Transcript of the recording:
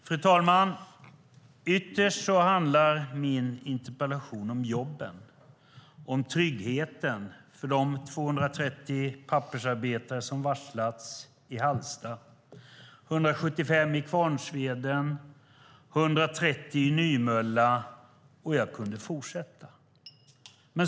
Fru talman! Ytterst handlar min interpellation om jobben, om tryggheten för de 230 pappersarbetare som varslats i Hallstavik, 175 i Kvarnsveden, 130 i Nymölla, och jag kunde fortsätta.